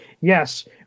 yes